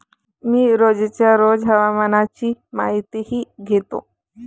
मी रोजच्या रोज हवामानाची माहितीही घेतो